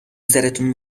سرتون